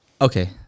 Okay